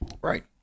Right